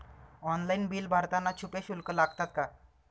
Online bill भरताना छुपे शुल्क लागतात का?